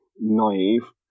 naive